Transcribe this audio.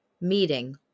meeting